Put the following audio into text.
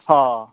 অঁ